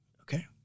okay